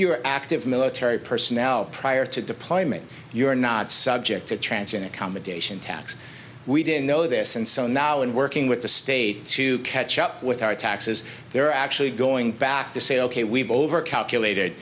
are active military personnel prior to deployment you're not subject to transfer in accommodation tax we didn't know this and so now in working with the state to catch up with our taxes they're actually going back to say ok we've over calculated